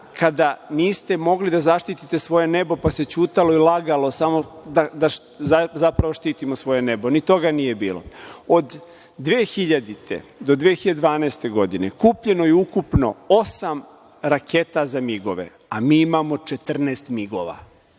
kada niste mogli da zaštitite svoje nebo, pa se ćutalo i lagalo da zapravo štitimo svoje nebo, ni toga nije bilo. Od 2000. do 2012. godine kupljeno je ukupno osam raketa za MIG-ove, a mi imamo 14 MIG-ova.